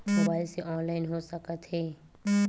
Mobile से online हो सकत हे?